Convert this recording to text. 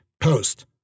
post